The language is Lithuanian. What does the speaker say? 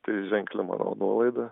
tai ženkli manau nuolaida